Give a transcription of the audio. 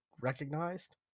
recognized